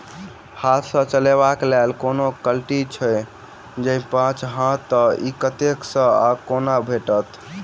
हाथ सऽ चलेबाक लेल कोनों कल्टी छै, जौंपच हाँ तऽ, इ कतह सऽ आ कोना भेटत?